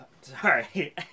Sorry